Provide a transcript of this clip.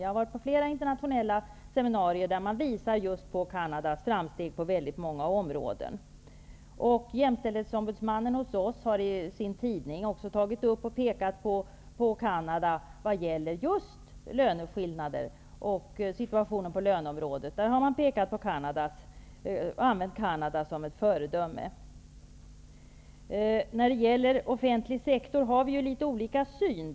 Jag har varit på flera internationella seminarier där man visar på Canadas framsteg på många områden inom jämställdhetssektorn. Jämställdhetsombudsmannen här i Sverige har i sin tidning pekat på Canada som ett föredöme just när det gäller löneskillnader och situationen på löneområdet. Vi har litet olika syn på den offentliga sektorn.